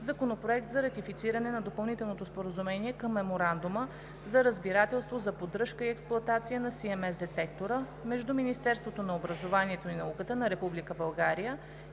Законопроект за ратифициране на Допълнителното споразумение към Меморандума за разбирателство за поддръжка и експлоатация на CMS детектора между Министерството на образованието и науката на